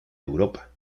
europa